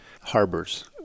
harbors